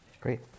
great